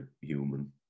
human